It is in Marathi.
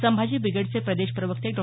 संभाजी ब्रिगेडचे प्रदेश प्रवक्ते डॉ